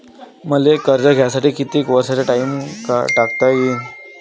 मले कर्ज घ्यासाठी कितीक वर्षाचा टाइम टाकता येईन?